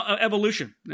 evolution